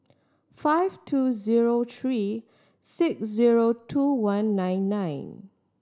five two zero three six zero two one nine nine